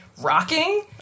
rocking